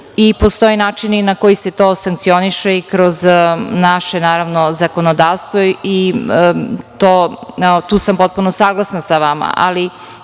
i postoje načini na koji se to sankcioniše i kroz naše zakonodavstvo i tu sam potpuno saglasna sa vama. Ali,